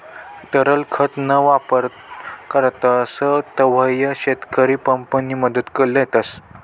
तरल खत ना वापर करतस तव्हय शेतकरी पंप नि मदत लेतस